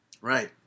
Right